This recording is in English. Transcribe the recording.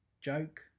joke